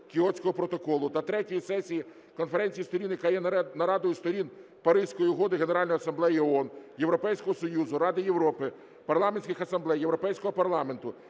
та 3-ї сесії Конференції Сторін, яка є нарадою Сторін Паризької угоди, Генеральної Асамблеї ООН, Європейського Союзу, Ради Європи, парламентських асамблей, Європейського парламенту,